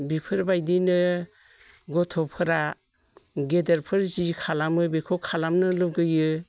बिफोरबायदिनो गथ'फोरा गेदेर जि खालामो बिखौ खालामनो लुगैयो